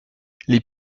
les